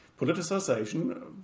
politicization